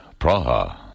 Praha